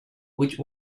which